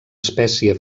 espècie